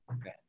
Okay